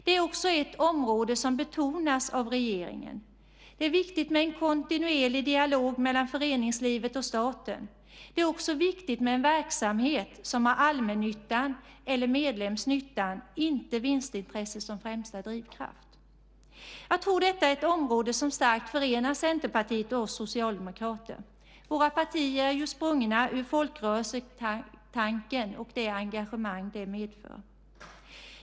Det är också ett område som betonas av regeringen. Det är viktigt med en kontinuerlig dialog mellan föreningslivet och staten. Det är också viktigt med en verksamhet som har allmännyttan eller medlemsnyttan, inte vinstintresse, som främsta drivkraft. Jag tror att detta är ett område som starkt förenar Centerpartiet och oss socialdemokrater. Våra partier är ju sprungna ur folkrörelsetanken och det engagemang det medför.